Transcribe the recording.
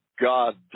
God